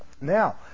Now